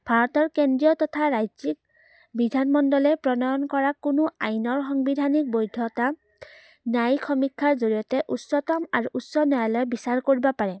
ভাৰতৰ কেন্দ্ৰীয় তথা ৰাজ্যিক বিধানমণ্ডলে প্ৰণয়ন কৰা কোনো আইনৰ সংবিধানিক বৈধতা ন্যায়ীক সমীক্ষাৰ জৰিয়তে উচ্চতম আৰু উচ্চ ন্যায়ালয় বিচাৰ কৰিব পাৰে